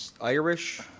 Irish